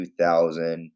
2000